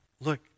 look